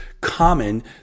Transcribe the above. common